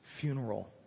funeral